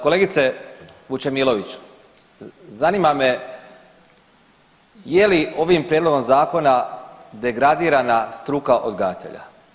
Kolegice Vučemilović zanima me je li ovim prijedlogom zakona degradirana struka odgajatelja?